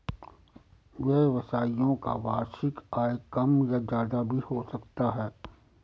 व्यवसायियों का वार्षिक आय कम या ज्यादा भी हो सकता है